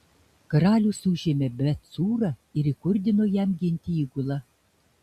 karalius užėmė bet cūrą ir įkurdino jam ginti įgulą